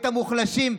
את המוחלשים,